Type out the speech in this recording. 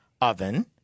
oven